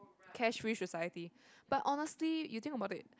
cash free society but honestly you think about it